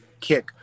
kick